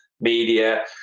media